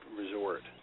resort